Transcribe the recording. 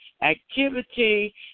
activity